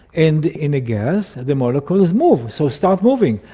and in a gas the molecules move, so start moving.